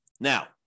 Now